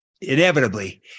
Inevitably